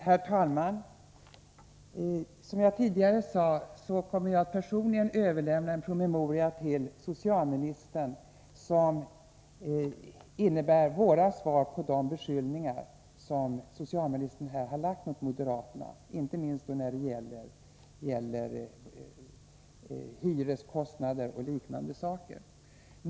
Herr talman! Som jag tidigare sade kommer jag att personligen överlämna en promemoria till socialministern gällande de beskyllningar som socialministern här har riktat mot moderaterna, inte minst när det gäller hyreskostnader och liknande saker.